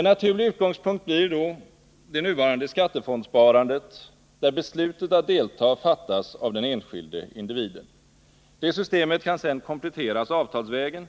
En naturlig utgångspunkt blir då det nuvarande skattefondsparandet, där beslutet att delta fattas av den enskilde individen. Detta system kan sedan kompletteras avtalsvägen,